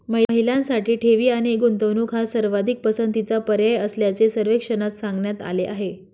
महिलांसाठी ठेवी आणि गुंतवणूक हा सर्वाधिक पसंतीचा पर्याय असल्याचे सर्वेक्षणात सांगण्यात आले आहे